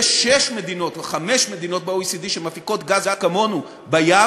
יש שש או חמש מדינות ב-OECD שמפיקות גז כמונו, בים